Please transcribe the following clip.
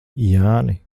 jāni